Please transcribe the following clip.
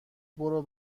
برو